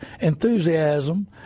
enthusiasm